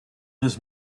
his